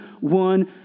one